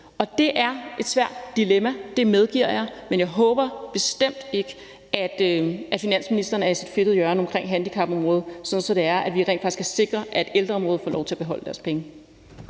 Det er et svært dilemma; det medgiver jeg. Men jeg håber bestemt ikke, at finansministeren er i sit fedtede hjørne omkring handicapområdet. Så kan vi rent faktisk sikre, at ældreområdet får lov til at beholde deres penge.